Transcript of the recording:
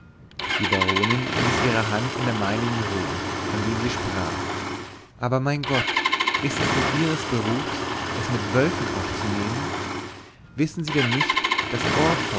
die baronin ließ ihre hand in der meinigen ruhen indem sie sprach aber mein gott ist es denn ihres berufs es mit wölfen aufzunehmen wissen sie denn nicht daß